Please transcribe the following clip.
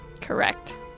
Correct